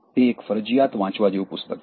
તે એક ફરજિયાત વાંચવા જેવુ પુસ્તક છે